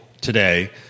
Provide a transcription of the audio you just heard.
today